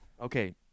Okay